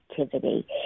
activity